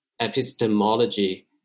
epistemology